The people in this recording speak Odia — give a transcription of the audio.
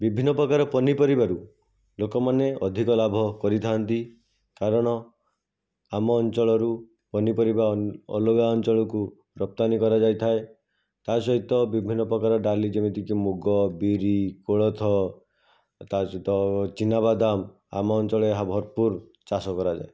ବିଭିନ୍ନ ପ୍ରକାର ପନିପରିବାରୁ ଲୋକମାନେ ଅଧିକ ଲାଭ କରିଥାନ୍ତି କାରଣ ଆମ ଅଞ୍ଚଳରୁ ପନିପରିବା ଅଲଗା ଅଞ୍ଚଳକୁ ରପ୍ତାନି କରାଯାଇଥାଏ ତା ସହିତ ବିଭିନ୍ନ ପ୍ରକାର ଡାଲି ଯେମିତିକି ମୁଗ ବିରି କୋଳଥ ତା ସହିତ ଚୀନାବାଦାମ ଆମ ଅଞ୍ଚଳରେ ଏହା ଭରପୁର ଚାଷ କରାଯାଇଥାଏ